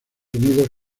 unidos